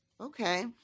okay